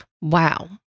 Wow